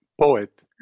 Poet